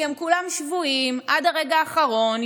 כי הם כולם שבויים עד הרגע האחרון,